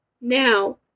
Now